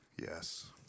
Yes